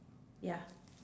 ya